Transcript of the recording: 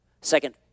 Second